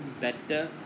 Better